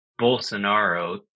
Bolsonaro